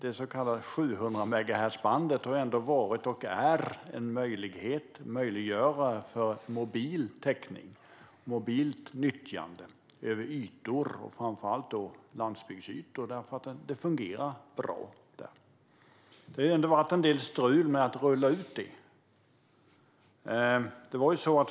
Det så kallade 700-megahertzbandet har varit och är en möjlighet. Det möjliggör för mobil täckning och mobilt nyttjande över ytor, framför allt landsbygdsytor, och det fungerar bra. Det har ändå varit en del strul med att rulla ut det.